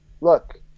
look